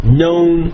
known